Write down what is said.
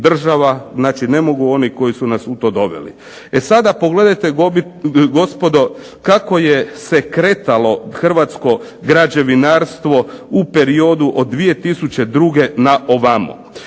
znači ne mogu oni koji su nas u to doveli. E sada pogledajte gospodo kako je se kretalo hrvatsko građevinarstvo u periodu od 2002. na ovamo.